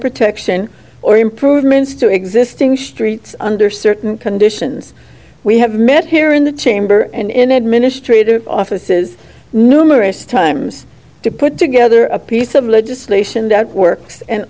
protection or improvements to existing streets under certain conditions we have met here in the chamber and in administrative offices numerous times to put together a piece of legislation that works and